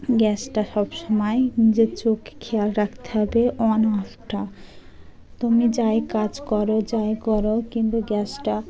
গ্যাসটা সব সমময় নিজের চোখ খেয়াল রাখতে হবে অন অফ টা তুমি যাই কাজ করো যাই করো কিন্তু গ্যাসটা